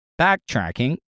backtracking